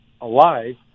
alive